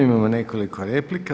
Imamo nekoliko replika.